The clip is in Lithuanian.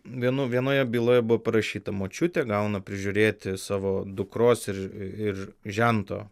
vienu vienoje byloje buvo parašyta močiutė gauna prižiūrėti savo dukros ir ir žento